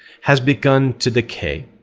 has begun to decay.